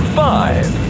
five